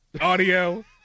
audio